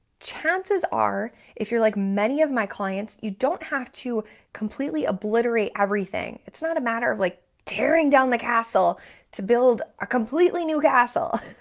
chances are, if you're like many of my clients, you don't have to completely obliterate everything. it's not a matter of like tearing down the castle to build a completely new castle.